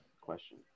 question